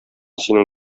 синең